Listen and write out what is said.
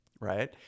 Right